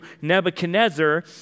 Nebuchadnezzar